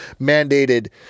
mandated